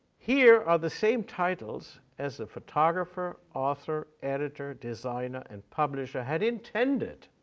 here are the same titles as the photographer, author, editor, designer, and publisher had intended.